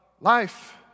Life